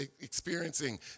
experiencing